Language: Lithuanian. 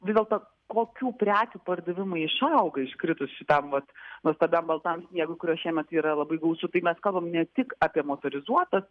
vis dėlto kokių prekių pardavimai išauga iškritus šitam vat nuostabiam baltam sniegui kurio šiemet yra labai gausu tai mes kalbam ne tik apie motorizuotas